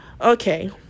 okay